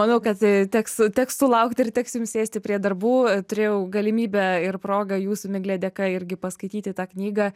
manau kad teks teks sulaukti ir teks jums sėsti prie darbų turėjau galimybę ir progą jūsų migle dėka irgi paskaityti tą knygą